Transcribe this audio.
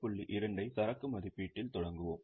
2 ஐ சரக்கு மதிப்பீட்டில் தொடங்குவோம்